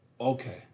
Okay